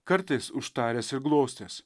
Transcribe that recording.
kartais užtaręs ir glostęs